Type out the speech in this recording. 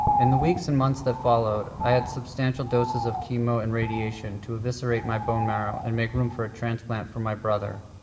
in the weeks and months that followed, i had substantial doses of chemo and radiation to eviscerate my bone marrow and make room for a transplant from my brother.